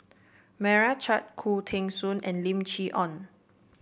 Meira Chand Khoo Teng Soon and Lim Chee Onn